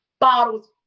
bottles